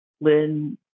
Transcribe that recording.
Lynn